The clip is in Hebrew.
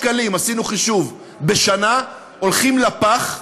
מאות שקלים, עשינו חישוב, בשנה הולכים לפח?